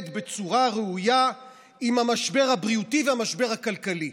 בצורה ראויה עם המשבר הבריאותי ועם המשבר הכלכלי?